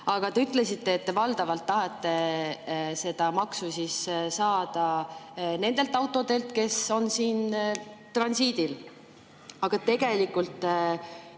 Aga te ütlesite, et te valdavalt tahate seda maksu saada nendelt autodelt, kes on siin transiit[sõidul]. Tegelikult